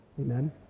Amen